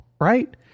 right